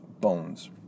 bones